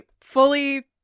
fully